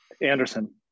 Anderson